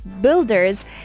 builders